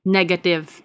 negative